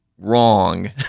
wrong